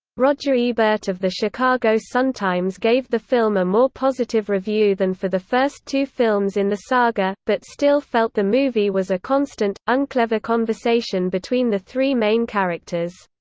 roger ebert of the chicago sun-times gave the film a more positive review than for the first two films in the saga, but still felt the movie was a constant, unclever conversation between the three main characters.